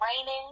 raining